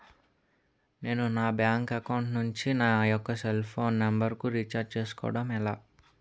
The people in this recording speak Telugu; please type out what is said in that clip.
నేను నా బ్యాంక్ అకౌంట్ నుంచి నా యెక్క సెల్ ఫోన్ నంబర్ కు రీఛార్జ్ చేసుకోవడం ఎలా?